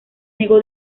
negó